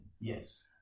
Yes